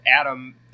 Adam